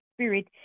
spirit